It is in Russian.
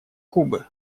кубы